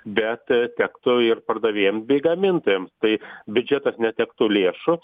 bet tektų ir pardavėjams bei gamintojam tai biudžetas netektų lėšų